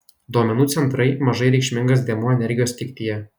duomenų centrai mažai reikšmingas dėmuo energijos lygtyje